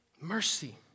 Mercy